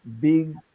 Big